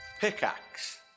Pickaxe